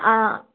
ஆ